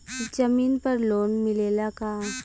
जमीन पर लोन मिलेला का?